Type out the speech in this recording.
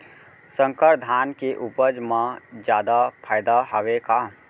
संकर धान के उपज मा जादा फायदा हवय का?